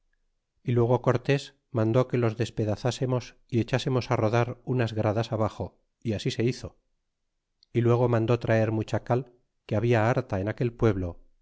y luego cortés mandó que los despedazásemos y echsemos rodar unas gradas abaxo y así se hizo y luego mandó traer mucha cal que habla harta en aquel pueblo